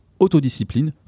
autodiscipline